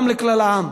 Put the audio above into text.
גם לכלל העם,